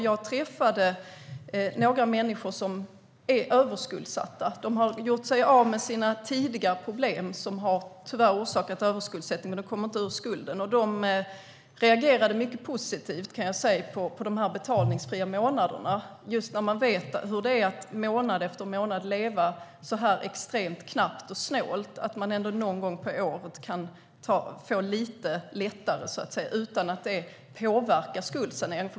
Jag träffade några människor som är överskuldsatta. De har gjort sig av med sina tidigare problem som orsakade överskuldsättning, men de kommer inte ur skulden. De reagerade mycket positivt på de betalningsfria månaderna. De vet hur det är att leva extremt knappt och snålt månad efter månad, och nu kan man ändå någon gång under året få lite lättnad utan att det påverkar skuldsaneringen.